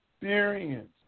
experience